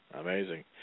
Amazing